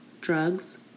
drugs